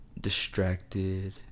distracted